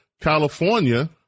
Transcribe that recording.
California